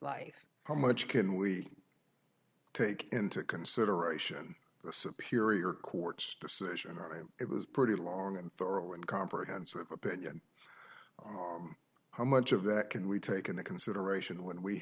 life how much can we take into consideration the superior court's decision or it was pretty long and thorough and comprehensive opinion how much of that can we take into consideration when we